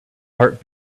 heart